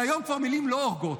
אבל היום מילים כבר לא הורגות,